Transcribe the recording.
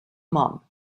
mum